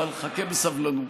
אבל חכה בסבלנות.